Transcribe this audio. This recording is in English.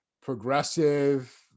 progressive